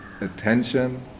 attention